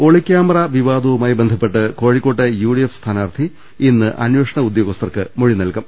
ഒളിക്യാമറ വിവാദവുമായി ബന്ധപ്പെട്ട് കോഴിക്കോട്ടെ യു ഡി എഫ് സ്ഥാനാർത്ഥി ഇന്ന് അന്വേഷണ ഉദ്യോഗസ്ഥർക്ക് മൊഴി നൽകും